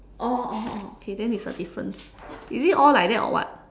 oh oh oh okay then it's a difference is it all like that or what